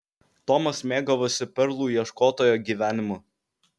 tomas mėgavosi perlų ieškotojo gyvenimu